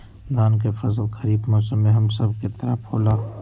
धान के फसल खरीफ मौसम में हम सब के तरफ होला